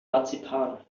marzipan